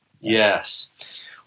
Yes